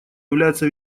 является